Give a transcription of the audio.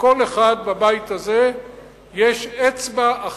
לכל אחד בבית הזה יש אצבע אחת,